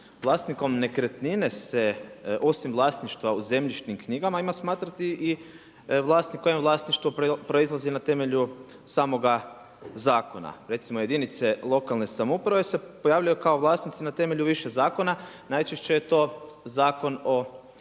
Vlasnikom nekretnine se osim vlasništva u zemljišnim knjigama ima smatrati i vlasnik kojemu vlasništvo proizlazi na temelju samoga zakona, recimo jedinice lokalne samouprave se pojavljuju kao vlasnici na temelju više zakona, najčešće je to Zakon o